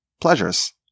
pleasures